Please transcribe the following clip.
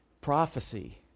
Prophecy